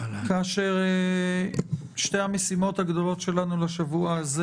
כאשר שתי המשימות הגדולות שלנו לשבוע הזה